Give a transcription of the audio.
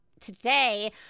today